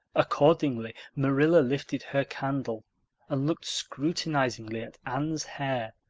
accordingly, marilla lifted her candle and looked scrutinizingly at anne's hair,